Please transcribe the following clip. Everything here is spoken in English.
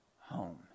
home